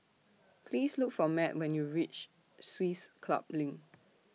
Please Look For Matt when YOU REACH Swiss Club LINK